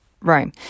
Rome